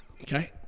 Okay